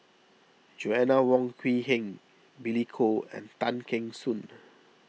Joanna Wong Quee Heng Billy Koh and Tay Kheng Soon